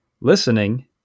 listening